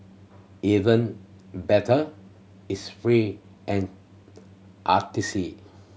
even better it's free and artsy